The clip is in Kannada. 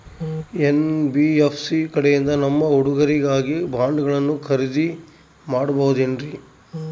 ಎನ್.ಬಿ.ಎಫ್.ಸಿ ಕಡೆಯಿಂದ ನಮ್ಮ ಹುಡುಗರಿಗಾಗಿ ಬಾಂಡುಗಳನ್ನ ಖರೇದಿ ಮಾಡಬಹುದೇನ್ರಿ?